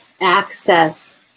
access